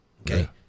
Okay